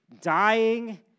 dying